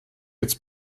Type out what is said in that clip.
jetzt